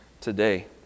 today